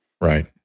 Right